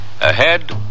Ahead